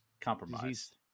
compromised